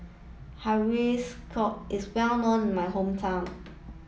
Hiyashi Chuka is well known in my hometown